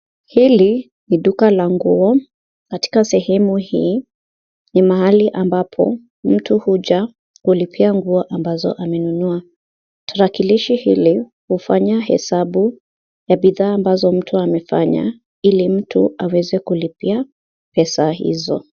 Hili ni duka la nguo katika sehemu hii ni mahali ambapo mtu huja kulipia nguo ambazo amenunua, tarakilishi hili hufanya hesabu ya bidhaa ambazo mtu amefenya hili mtu haweze kulipia peza hizo.